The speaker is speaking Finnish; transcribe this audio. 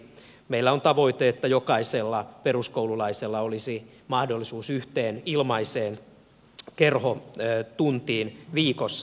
meillä on tavoite että jokaisella peruskoululaisella olisi mahdollisuus yhteen ilmaiseen kerhotuntiin viikossa